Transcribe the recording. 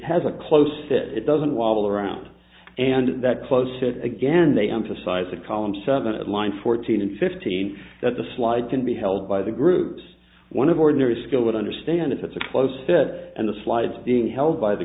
has a close it doesn't wobble around and that close it again they emphasize a column seven at line fourteen and fifteen that the slide can be held by the groups one of ordinary skill would understand if it's a close fit and the slides being held by the